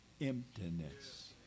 emptiness